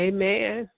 Amen